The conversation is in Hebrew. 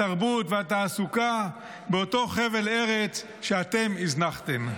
התרבות והתעסוקה באותו חבל ארץ שאתם הזנחתם,